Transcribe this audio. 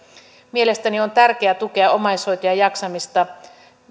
mielestäni on tärkeää tukea omaishoitajan jaksamista